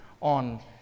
on